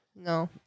No